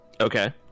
okay